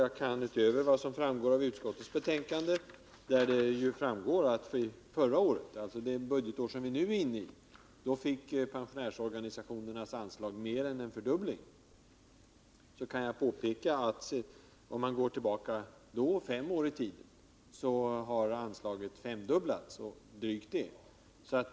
Av utskottsbetänkandet framgår det också att vi förra året, det gäller alltså det budgetår som nu löper, beviljade pensionärsorganisationerna bidrag som innebar mer än en fördubbling. Går vi tillbaka fem år i tiden, finner vi att anslaget sedan dess har mer än femdubblats.